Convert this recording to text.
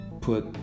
put